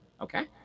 Okay